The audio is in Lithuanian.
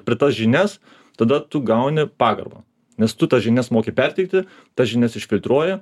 pripažinęs tada tu gauni pagarbą nes tu tas žinias moki perteikti tas žinias išfiltruoji